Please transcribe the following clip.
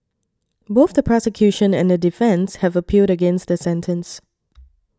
both the prosecution and the defence have appealed against the sentence